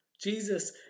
Jesus